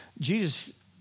Jesus